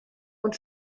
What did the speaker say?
und